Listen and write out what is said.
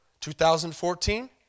2014